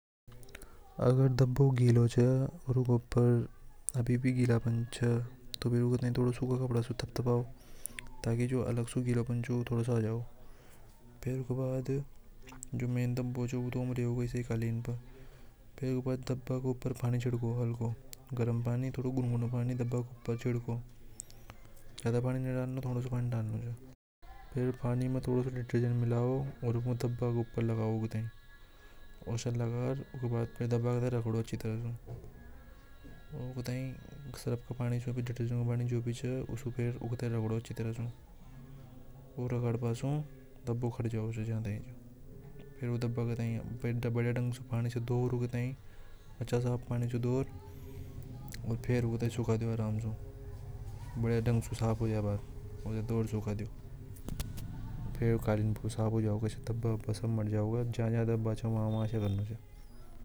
﻿अगर धब्बों गिलो हो जाए और ऊपर भी गिला पन च। तो बिल्कुल सुखा कपड़ा सु दबावे ताकि जो अलग से सुखीलापन होवे वो जो आ जावे। फिर उसके बाद जो में धब्बों से वो तो उमे रेवे फेर ऊके बाद धब्बा के ऊपर पानी छिड़को थोड़ो गुन गुणों पानी छिड़कते हे ज्यादा नि छिड़कना ओर ऊका थाई सर्प का पानी से डिटर्जन का पानी से रगड़ो ओर रगड़ना सु धब्बा कड़ जावे फिर धब्बा साफ पानी से धो के सुखा दो जिसे धब्बों मठ जावे कालीन साफ हो जावे ऐसा बार बार करो।